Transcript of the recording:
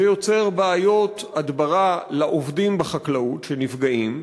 זה יוצר בעיות הדברה לעובדים בחקלאות, שנפגעים,